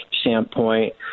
standpoint